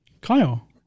Kyle